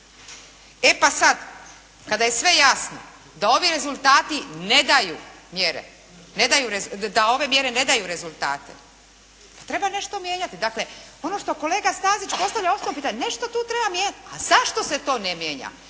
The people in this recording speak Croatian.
rezultati ne daju mjere, da ove mjere ne daju rezultate, treba nešto mijenjati. Dakle ono što kolega Stazić postavlja osnovno pitanje, nešto tu treba mijenjati, a zašto se to ne mijenja.